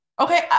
Okay